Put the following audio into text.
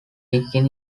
begin